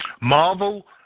Marvel